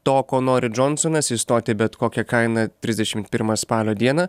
to ko nori džonsonas išstoti bet kokia kaina trisdešim pirmą spalio dieną